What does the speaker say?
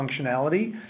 functionality